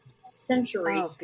century